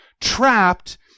trapped